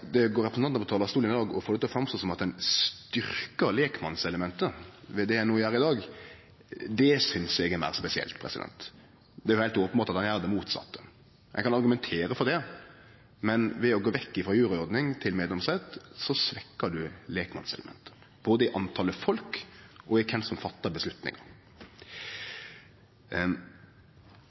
det går representantar opp på talarstolen i dag og får det til å høyrast ut som at ein styrkjer lekmannselementet ved dei ein gjer i dag, synest eg er meir spesielt. Det er jo heilt openbert at ein gjer det motsette. Ein kan argumentere for det, men ved å gå vekk frå juryordning til ein meddomsrett, svekkjer ein lekmannselementet, både når det gjeld talet på folk, og når det gjeld kven som